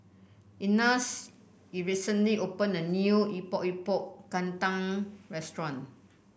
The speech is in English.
Ignatz in recently opened a new Epok Epok Kentang restaurant